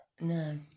No